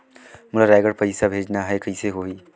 मोला रायगढ़ पइसा भेजना हैं, कइसे होही?